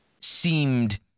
seemed